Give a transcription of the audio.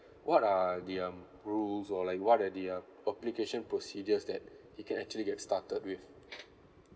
what are the um rules or like what are the um application procedures that he can actually get started with